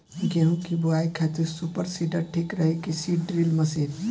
गेहूँ की बोआई खातिर सुपर सीडर ठीक रही की सीड ड्रिल मशीन?